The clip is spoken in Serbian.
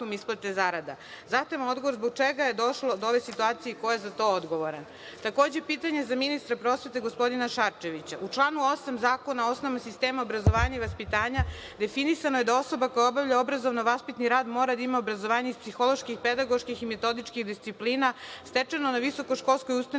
isplate zarada? Zahtevam odgovor - zbog čega je došlo do ove situacije i ko je za to odgovoran? Takođe, pitanje za ministra prosvete, gospodina Šarčevića. U članu 8. Zakona o osnovama sistema obrazovanja i vaspitanja definisano je da osoba koja obavlja obrazovno vaspitni rad mora da ima obrazovanje iz psiholoških, pedagoških i metodičkih disciplina stečeno na visokoškolskoj ustanovi,